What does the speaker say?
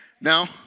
Now